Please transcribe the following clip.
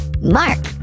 Mark